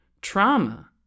trauma